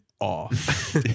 off